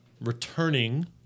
returning